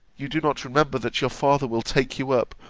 you do not remember that you father will take you up,